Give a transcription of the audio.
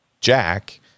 Jack